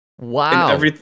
wow